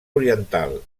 oriental